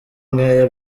nkeya